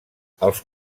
els